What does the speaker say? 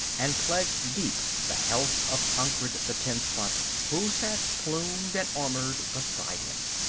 and pledged deep the health of tancred the tenspot, who sat plumed and armoured beside him.